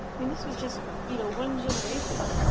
i mean, this was just, you know, one generation.